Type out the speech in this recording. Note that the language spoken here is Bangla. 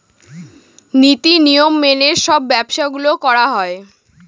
নীতি নিয়ম মেনে সব ব্যবসা গুলো করা হয়